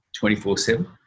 24-7